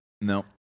no